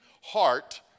heart